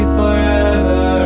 forever